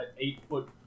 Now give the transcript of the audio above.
eight-foot